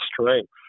strength